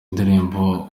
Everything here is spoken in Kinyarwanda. ndirimbo